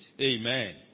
amen